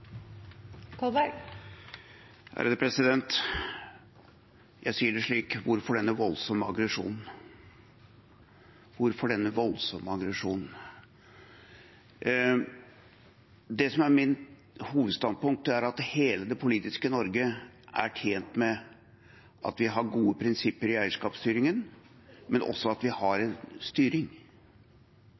mitt hovedstandpunkt, er at hele det politiske Norge er tjent med at vi har gode prinsipper i eierskapsstyringen, men også at vi har styring.